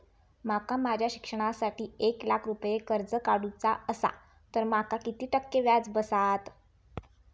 माका माझ्या शिक्षणासाठी एक लाख रुपये कर्ज काढू चा असा तर माका किती टक्के व्याज बसात?